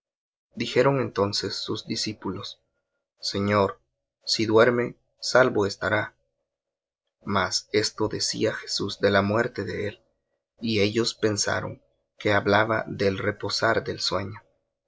dijeron entonces sus discípulos señor si duerme salvo estará mas decía jesús de la muerte de él y ellos pensaron que hablaba del reposar del sueño